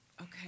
Okay